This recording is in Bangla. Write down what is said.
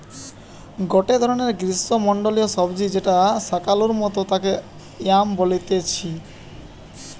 গটে ধরণের গ্রীষ্মমন্ডলীয় সবজি যেটা শাকালুর মতো তাকে য়াম বলতিছে